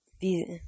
these-